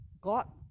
God